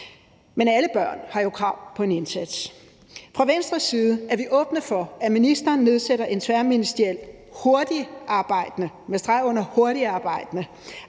Men alle børn har jo krav på en indsats. Fra Venstres side er vi åbne for, at ministeren nedsætter en tværministeriel, hurtigtarbejdende